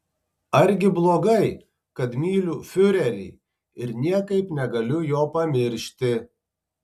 argi blogai kad myliu fiurerį ir niekaip negaliu jo pamiršti